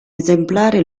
esemplare